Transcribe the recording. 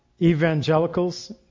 Evangelicals